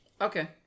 okay